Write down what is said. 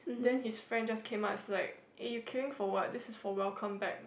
then his friend just came up it's like eh you queuing for what this is for welcome back